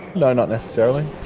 no, not necessarily.